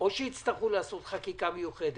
או שיצטרכו לעשות חקיקה מיוחדת.